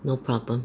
no problem